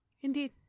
Indeed